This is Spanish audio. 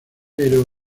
pero